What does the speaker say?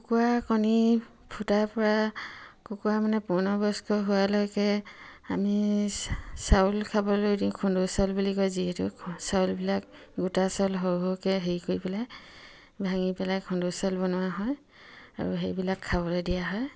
কুকুৰা কণী ফুটাৰ পৰা কুকুৰা মানে পূৰ্ণ বয়স্ক হোৱালৈকে আমি চাউল খাবলৈ দিওঁ খুন্দুৰ চাউল বুলি কয় যিহেতু চাউলবিলাক গোটা চাউল সৰু সৰুকে হেৰি কৰি পেলাই ভাঙি পেলাই খুন্দু চাউল বনোৱা হয় আৰু সেইবিলাক খাবলৈ দিয়া হয়